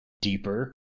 deeper